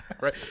right